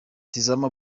tizama